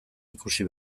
ikusi